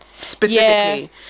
Specifically